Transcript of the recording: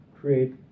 create